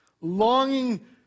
longing